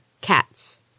cats